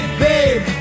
babe